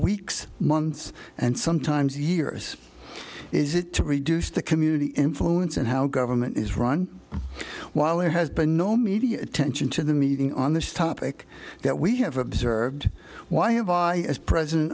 weeks months and sometimes years is it to reduce the community influence and how government is run while there has been no media attention to the meeting on this topic that we have observed why have i president